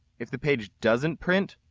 if the page doesn't print,